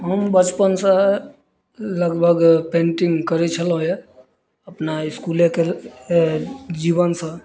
हम बचपनसँ लगभग पेन्टिंग करै छलहुॅं अपना इसकुलेके जीवनसँ